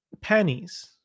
pennies